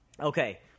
Okay